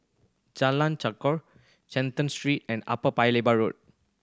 Jalan Chegar Canton Street and Upper Paya Lebar Road